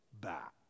back